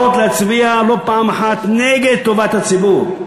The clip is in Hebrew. ימשיכו חברי המפלגות להצביע לא פעם אחת נגד טובת הציבור.